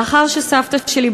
לאחר שסבתא שלי,